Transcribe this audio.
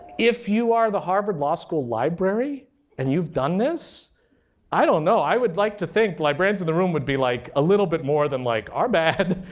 if you are the harvard law school library and you've done this i don't know. i would like to think the librarians in the room would be like a little bit more than like, our bad.